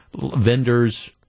vendors